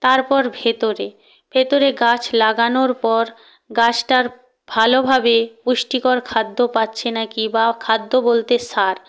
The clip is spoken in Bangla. তারপর ভেতরে ভেতরে গাছ লাগানোর পর গাছটা ভালোভাবে পুষ্টিকর খাদ্য পাচ্ছে নাকি বা খাদ্য বলতে সার